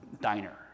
diner